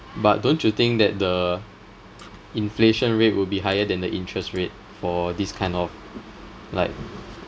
but don't you think that the inflation rate will be higher than the interest rate for these kind of like